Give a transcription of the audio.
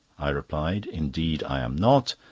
i replied indeed, i am not.